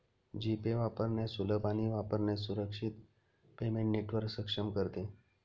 जी Pay वापरण्यास सुलभ आणि वापरण्यास सुरक्षित पेमेंट नेटवर्क सक्षम करते